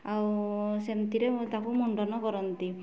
ଆଉ ସେମିତିରେ ତାକୁ ମୁଣ୍ଡନ କରନ୍ତି